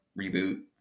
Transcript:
reboot